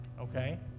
Okay